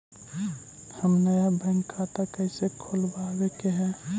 हम नया बैंक खाता कैसे खोलबाबे के है?